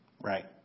Right